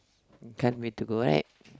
can't wait to go right